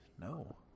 No